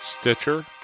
Stitcher